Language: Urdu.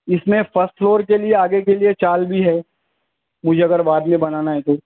اس میں فسٹ فلور کے لیے آگے کے لیے چال بھی ہے مجھے اگر بعد میں بنانا ہے تو